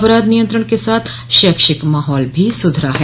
अपराध नियंत्रण के साथ शैक्षिक माहौल भी सुधरा है